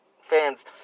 fans